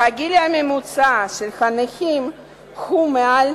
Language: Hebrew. והגיל הממוצע של הנכים הוא מעל